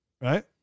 right